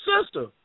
sister